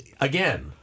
again